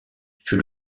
fut